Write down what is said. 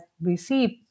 received